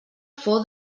fou